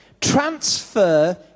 Transfer